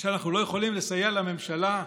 שאנחנו לא יכולים לסייע לממשלה,